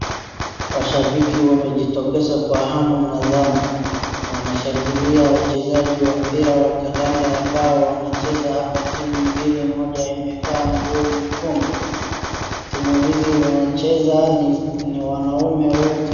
Mashabiki wamejitokeza kwa hamu na dhamu, wanashangilia wachezaji wa mpira wa kandanda ambao wanacheza hapa timu mbili moja imevaa nguo nyekundu, timu hizi wanacheza ni wanaume wote.